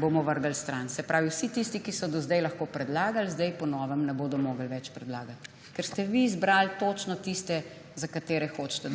bomo vrgli stran. Se pravi, vsi tisti, ki so do sedaj lahko predlagali, sedaj po novem ne bodo mogli več predlagati, ker ste vi izbrali točno tiste, ki jih hočete.